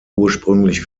ursprünglich